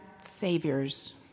saviors